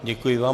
Děkuji vám.